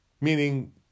meaning